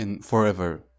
forever